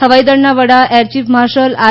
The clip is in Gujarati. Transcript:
હવાઈદળના વડા એર ચીફ માર્શલ આર